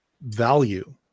value